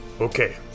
Okay